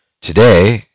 today